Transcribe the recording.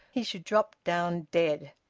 he should drop down dead.